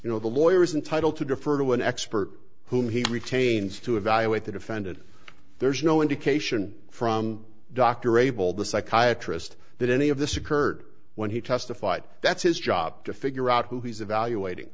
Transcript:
you know the lawyer is entitle to defer to an expert whom he retains to evaluate the defendant there's no indication from dr abell the psychiatrist that any of this occurred when he testified that's his job to figure out who he's evaluating